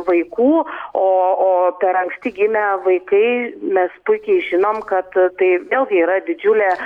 vaikų o o per anksti gimę vaikai mes puikiai žinom kad tai vėlgi yra didžiulė